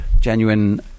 genuine